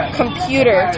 computer